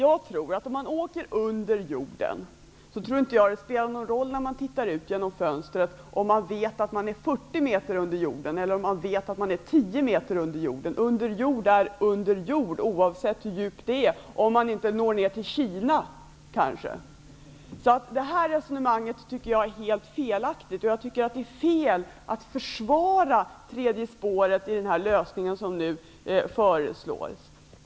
Herr talman! Om man åker under jord tror jag inte att det spelar någon roll om man, när man tittar ut genom fönstret, vet att man är 40 meter under jord eller om man vet att man är 10 meter under jord. Under jord är under jord, oavsett hur djupt det är, om man inte når ner till Kina förstås. Det resonemang som förs tycker jag är helt felaktigt. Jag tycker att det är fel att försvara tredje spåret i den lösning som nu föreslås.